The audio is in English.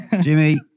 Jimmy